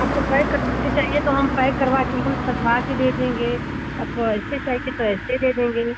आपको पैक करके चाहिए तो हम पैक करवाकर एकदम सजाकर दे देंगे आपको ऐसे चाहिए तो ऐसे दे देंगे